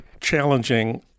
challenging